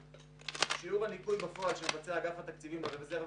שיעור הניכוי בפועל שמבצע אגף התקציבים לרזרבה